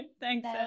Thanks